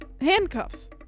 Handcuffs